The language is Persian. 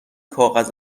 کاغذ